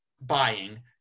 buying